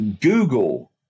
Google